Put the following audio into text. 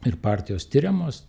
ir partijos tiriamos